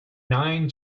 nine